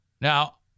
Now